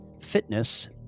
fitness